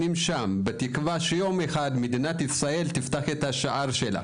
שהמתינו מעל 16 שנים והם עלו רק באוגוסט האחרון,